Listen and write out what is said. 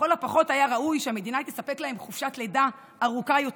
לכל הפחות היה ראוי שהמדינה תספק להם חופשת לידה ארוכה יותר,